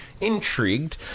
Intrigued